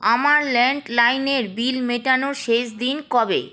আমার ল্যান্ডলাইনের বিল মেটানোর শেষ দিন কবে